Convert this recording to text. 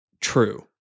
true